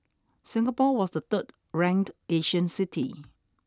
Singapore was the third ranked Asian city